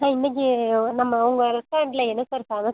sir இன்றைக்கி நம்ம உங்கள் ரெஸ்டாரண்டில் என்ன சார் ஃபேமஸ்